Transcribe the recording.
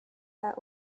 their